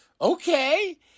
Okay